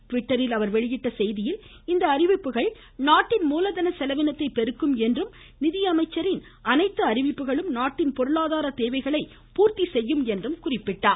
ட்விட்டரில் அவர் வெளியிட்டுள்ள செய்தியில் இந்த அறிவிப்புகள் நாட்டின் மூலதன செலவினத்தை பெருக்கும் என்றும் நிதியமைச்சரின் அனைத்து அறிவிப்புகளும் நாட்டின் பொருளாதார தேவைகளை ஈடு செய்யும் என்றும் குறிப்பிட்டுள்ளார்